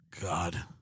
God